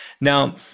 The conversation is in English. Now